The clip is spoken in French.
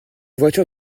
voiture